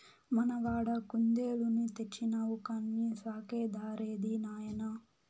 మనవడా కుందేలుని తెచ్చినావు కానీ సాకే దారేది నాయనా